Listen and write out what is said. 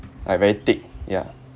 like very thick ya